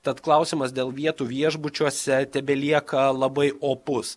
tad klausimas dėl vietų viešbučiuose tebelieka labai opus